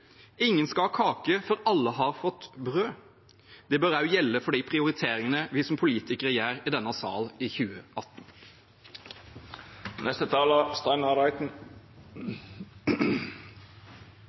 Ingen skal få kake før alle har fått brød. Det bør også gjelde for de prioriteringene vi som politikere gjør i denne sal i 2018.